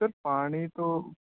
sir ਪਾਣੀ ਤੋਂ